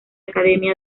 academia